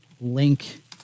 link